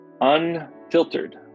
unfiltered